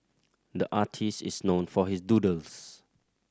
the artist is known for his doodles